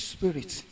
Spirit